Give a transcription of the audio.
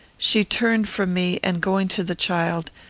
she turned from me, and, going to the child,